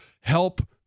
help